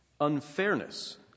unfairness